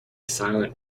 silent